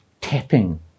tapping